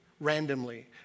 randomly